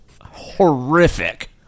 horrific